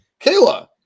Kayla